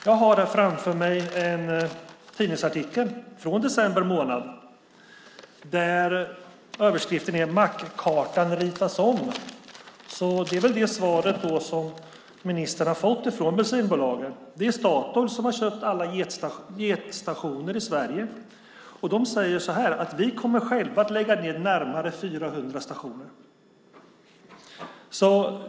Jag har framför mig en tidningsartikel från december månad där överskriften är "Mackkartan ritas om". Det är väl det svar som ministern har fått från bensinbolagen. Det är Statoil som har köpt alla Jetstationer i Sverige. De säger så här: Vi kommer själva att lägga ned närmare 400 stationer.